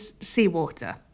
seawater